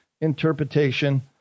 interpretation